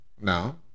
no